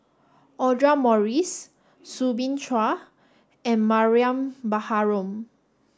Audra Morrice Soo Bin Chua and Mariam Baharom